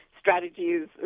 strategies